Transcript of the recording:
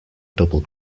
double